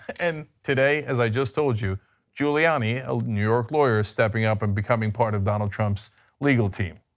and today as i just told you giuliani, ah new york lawyer, stepping up and becoming part of donald trump's legal team.